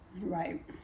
right